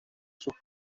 sus